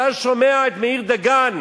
אתה שומע את מאיר דגן